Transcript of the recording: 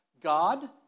God